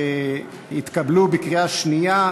התקבלו בקריאה שנייה.